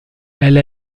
elle